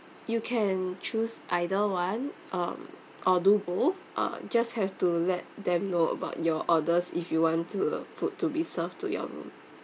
you can choose either one um or do both uh just have to let them know about your orders if you want to food to be served to your room